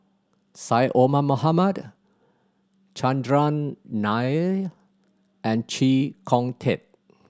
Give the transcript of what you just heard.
Syed Omar Mohamed Chandran Nair and Chee Kong Tet